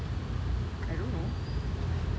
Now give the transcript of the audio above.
I don't know